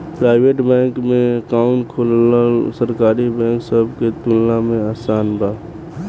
private bank में account खोलल सरकारी बैंक सब के तुलना में आसान बा